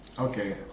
Okay